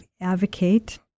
advocate